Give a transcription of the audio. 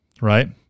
Right